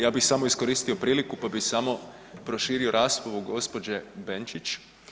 Ja bih samo iskoristio priliku pa bi samo proširio raspravu gđe. Benčić.